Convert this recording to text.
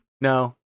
No